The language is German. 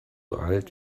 alt